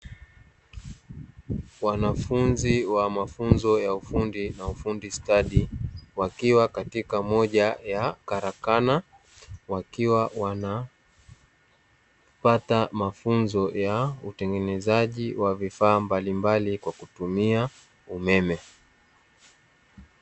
Wanafunzi wa mafunzo ya ufundi na ufundi stadi, wakiwa katika moja ya karakana ,wakiwa wanapata mafunzo ya utengenezaji wa vifaa mbalimbali kwa kutumia umeme.